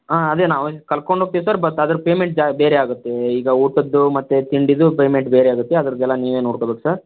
ಹಾಂ ಅದೇ ನಾವು ಕರ್ಕೊಂಡೋಗ್ತೀವಿ ಸರ್ ಬಟ್ ಅದರ ಪೇಮೆಂಟ್ ಜ ಬೇರೆ ಆಗುತ್ತೆ ಈಗ ಊಟದ್ದು ಮತ್ತು ತಿಂಡಿದು ಪೇಮೆಂಟ್ ಬೇರೆ ಆಗುತ್ತೆ ಅದರದ್ದೆಲ್ಲ ನೀವೇ ನೋಡ್ಕೊಬೇಕು ಸರ್